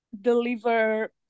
deliver